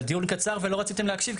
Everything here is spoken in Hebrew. אבל דיון קצר ולא רציתם להקשיב,